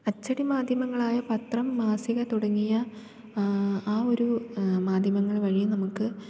അച്ചടി മാധ്യമങ്ങളായ പത്രം മാസിക തുടങ്ങിയ ആ ഒരു മാധ്യമങ്ങൾ വഴിയും നമുക്ക്